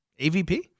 AVP